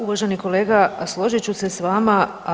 Uvaženi kolega složit ću se sa vama.